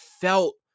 felt